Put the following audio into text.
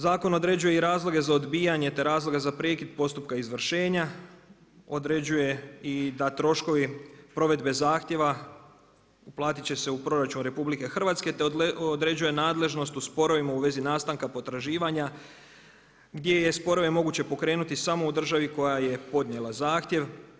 Zakon određuje i razloge za odbijanje, te razloge za prekid postupka izvršenja, određuje i da troškovi provedbe zahtjeva, uplatiti će se u proračun RH, te određuje nadležnost u sporovima u vezi nastanka potraživanja, gdje je sporove moguće pokrenuti samo u državi koja je podnijela zahtjev.